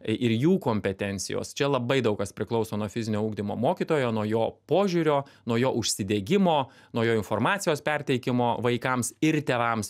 ir jų kompetencijos čia labai daug kas priklauso nuo fizinio ugdymo mokytojo nuo jo požiūrio nuo jo užsidegimo nuo jo informacijos perteikimo vaikams ir tėvams